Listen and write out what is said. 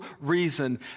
reason